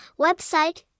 website